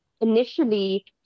initially